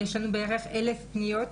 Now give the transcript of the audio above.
יש לנו בערך אלף פניות,